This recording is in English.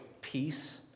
peace